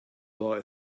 boy